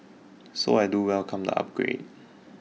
so I do welcome the upgrade